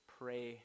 pray